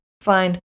find